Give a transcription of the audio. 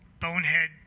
bonehead